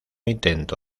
intento